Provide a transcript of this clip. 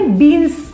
beans